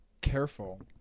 careful